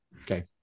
Okay